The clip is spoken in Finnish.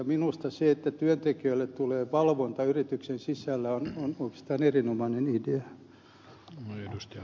minusta se että työntekijöille tulee valvonta yrityksen sisällä on oikeastaan erinomainen idea